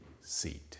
seat